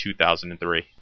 2003